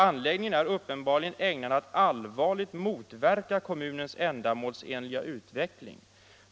Anläggningen är uppenbarligen ägnad att allvarligt motverka kommunens ändamålsenliga utveckling.